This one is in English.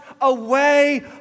away